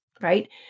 right